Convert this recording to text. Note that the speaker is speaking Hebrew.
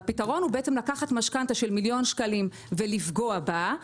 והפתרון הוא בעצם לקחת משכנתה של מיליון שקלים ולפגוע בה,